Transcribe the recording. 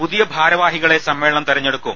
പുതിയ ഭാരവാഹികളെ സമ്മേളനം തെരഞ്ഞെടുക്കും